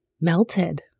melted